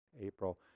April